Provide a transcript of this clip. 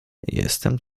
jestem